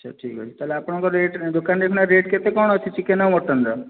ଆଛା ଠିକ୍ ଅଛି ତାହେଲେ ଆପଣଙ୍କ ରେଟ ଦୋକାନରେ ଏହିନା ରେଟ କେତେ ଅଛି ଚିକେନ ଆଉ ମଟନ ର